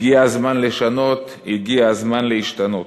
הגיע הזמן לשנות, הגיע הזמן להשתנות.